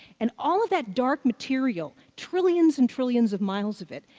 and all of that dark material, trillions and trillions of miles of it,